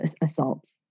assault